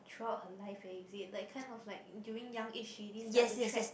throughout her life eh is it like kind of like during young age she already start to tread